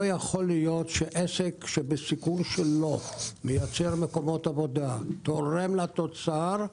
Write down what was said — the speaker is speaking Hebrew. לא יכול להיות שעסק שמייצר מקומות עבודה ותורם לתוצר,